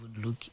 look